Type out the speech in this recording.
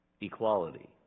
equality